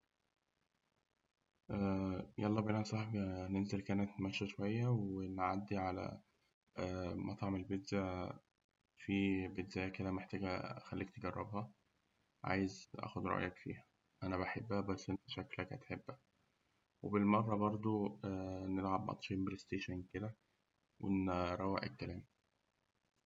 يلا بينا يا صاحبي نتمشى شوية كده ونعدي على مطعم البيتزا، فيه بيتزاية كده محتاج أخليك تجربها، عايز أخد رأيك فيها. أنا بحبها بس أنت شكلك هتحبها، وبالمرة برده نلعب ماتشين بلاستيشن ونروق الكلام.